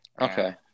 Okay